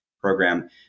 program